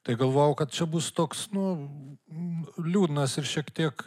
tai galvojau kad čia bus toks nu liūdnas ir šiek tiek